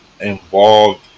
involved